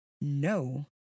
no